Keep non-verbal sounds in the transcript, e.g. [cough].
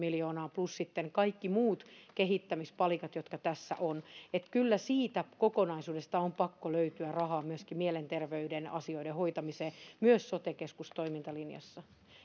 [unintelligible] miljoonaa plus sitten kaikki muut kehittämispalikat jotka tässä on kyllä siitä kokonaisuudesta on pakko löytyä rahaa myöskin mielenterveyden asioiden hoitamiseen myös sote keskustoimintalinjassa